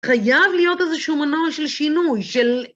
חייב להיות איזשהו מנוע של שינוי של...